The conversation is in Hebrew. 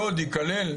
שוד ייכלל?